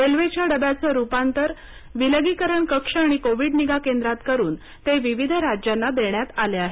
रेल्वेच्या डब्यांचं रुपांतर विलगीकरण कक्ष आणि कोविड निगा केंद्रात करून ते विविध राज्यांना देण्यात आले आहेत